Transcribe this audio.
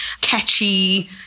catchy